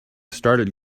started